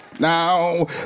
now